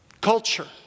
Culture